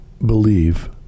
believe